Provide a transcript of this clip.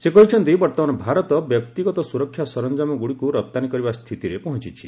ସେ କହିଛନ୍ତି ବର୍ତ୍ତମାନ ଭାରତ ବ୍ୟକ୍ତିଗତ ସୁରକ୍ଷା ସରଞ୍ଜାମଗୁଡ଼ିକୁ ରପ୍ତାନୀ କରିବା ସ୍ଥିତିରେ ପହଞ୍ଚିଛି